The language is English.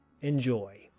enjoy